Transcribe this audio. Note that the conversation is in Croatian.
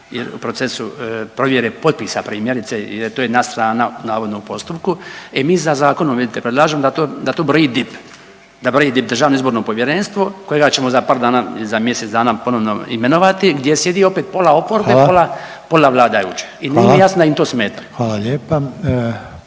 u procesu provjere potpisa primjerice jer je to jedna strana navodno u postupku. E mi sad zakonom vidite predlažemo da to broji DIP, da broji DIP Državno izborno povjerenstvo kojega ćemo za par dana ili za mjesec ponovno imenovati gdje sjedi opet …/Upadica: Hvala./… pola oporbe, pola, pola